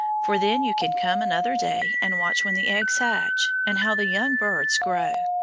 for then you can come another day and watch when the eggs hatch, and how the young birds grow.